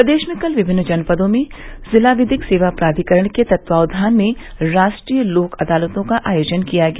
प्रदेश में कल विभिन्न जनपदों में जिला विधिक सेवा प्राधिकरण के तत्वावधान में रा ट्रीय लोक अदालतों का आयोजन किया गया